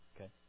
okay